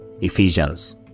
Ephesians